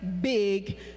big